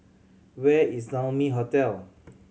where is Naumi Hotel